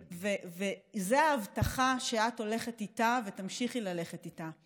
זו הבטחה שאת הולכת איתה ותמשיכי ללכת איתה.